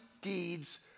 deeds